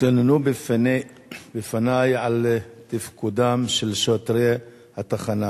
התלוננו בפני על תפקודם של שוטרי התחנה,